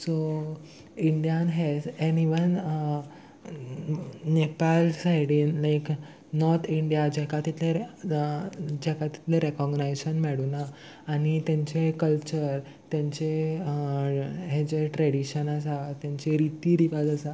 so इंडियान हे and even Nepal सायडीन लायक नॉर्थ इंडिया जेका तितले जेका तितले रॅकोगनायजन मेडुना आनी तेंचे कल्चर तेंचे हे जे ट्रेडिशन आसा तेंचे रिती रिवाज आसा